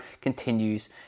continues